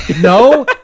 No